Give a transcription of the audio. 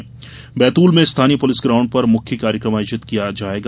वहीं बैतूल में स्थानीय पुलिस ग्राउण्ड पर मुख्य कार्यक्रम आयोजित किया जायेगा